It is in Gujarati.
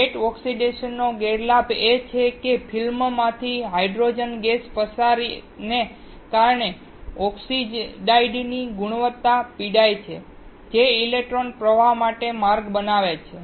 વેટ ઓક્સિડેશનનો ગેરલાભ એ છે કે ફિલ્મમાંથી હાઇડ્રોજન ગેસના પ્રસારને કારણે ઓક્સાઇડની ગુણવત્તા પીડાય છે જે ઇલેક્ટ્રોન પ્રવાહ માટે માર્ગ બનાવે છે